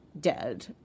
dead